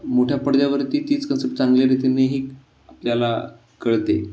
मोठ्या पडद्यावरती तेच कसं चांगल्यारीतीनेही आपल्याला कळते